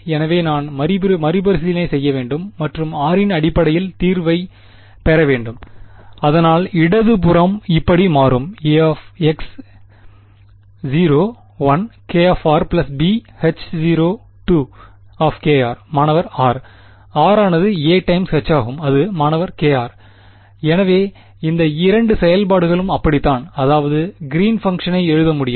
எனவே நான் மறுபரிசீலனை செய்ய வேண்டும் மற்றும் r இன் அடிப்படையில் தீர்வைப் பெற வேண்டும் அதனால் அது இடது புறம் இப்படி மாறும் aH0 bH0 மாணவர் r r ஆனது a டைம்ஸ் H ஆகும் அது மாணவர் kr எனவே இந்த இரண்டு செயல்பாடுகளும் அப்படித்தான் அதாவது கிறீன் பங்க்ஷனை எழுத முடியும்